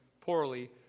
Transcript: poorly